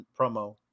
promo